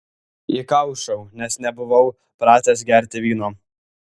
įkaušau nes nebuvau pratęs gerti vyno